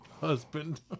Husband